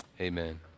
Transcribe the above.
Amen